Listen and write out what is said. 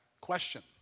Question